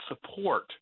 support